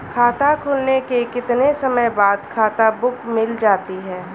खाता खुलने के कितने समय बाद खाता बुक मिल जाती है?